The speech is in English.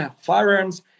firearms